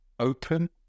open